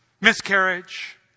Miscarriage